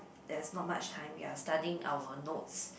that's no much time we are studying our notes